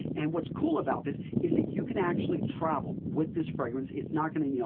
and, what's cool about this is that you can actually travel with this fragrance. it's not going to, you know